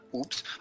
oops